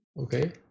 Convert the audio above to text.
Okay